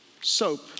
soap